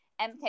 mk